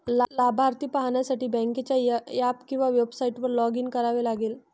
लाभार्थी पाहण्यासाठी बँकेच्या ऍप किंवा वेबसाइटवर लॉग इन करावे लागेल